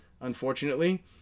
unfortunately